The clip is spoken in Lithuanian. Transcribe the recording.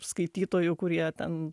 skaitytojų kurie ten